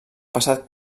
passat